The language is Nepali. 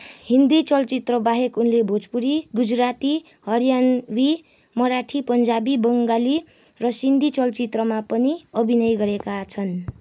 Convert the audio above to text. हिन्दी चलचित्र बाहेक उनले भोजपुरी गुजराती हरियाणवी मराठी पञ्जाबी बङ्गाली र सिन्धी चलचित्रमा पनि अभिनय गरेका छन्